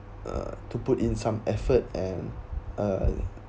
uh to put in some effort and uh